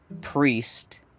priest